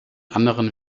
anderen